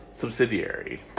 subsidiary